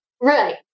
Right